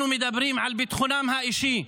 אנחנו מדברים על ביטחונם האישי,